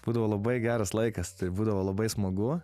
būdavo labai geras laikas tai būdavo labai smagu